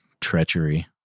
treachery